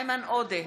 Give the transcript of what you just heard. איימן עודה,